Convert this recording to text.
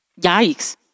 Yikes